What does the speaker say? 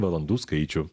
valandų skaičių